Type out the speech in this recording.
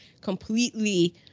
completely